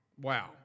Wow